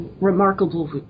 remarkable